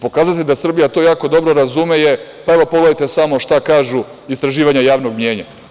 Pokazatelj da Srbija to jako dobro razume je, evo, pogledajte šta kažu istraživanja javnog mnjenja.